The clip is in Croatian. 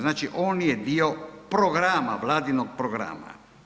Znači on je dio programa, Vladinog programa.